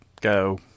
Go